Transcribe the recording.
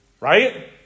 right